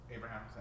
Abraham